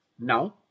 Now